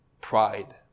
pride